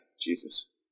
Jesus